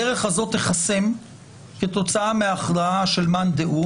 הדרך הזאת תיחסם כתוצאה מהכרעה של מאן דהוא